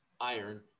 iron